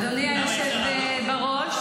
נו, אז הינה, אני פה בשבילך.